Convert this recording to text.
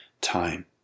time